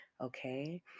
Okay